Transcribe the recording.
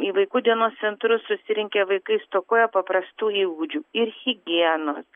į vaikų dienos centrus susirinkę vaikai stokoja paprastų įgūdžių ir higienos